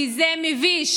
כי זה מביש.